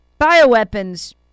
Bioweapons